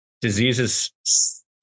diseases